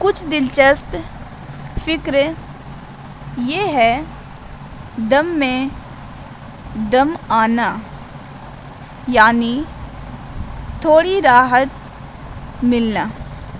کچھ دلچسپ فکر یہ ہے دم میں دم آنا یعنی تھوڑی راحت ملنا